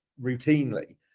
routinely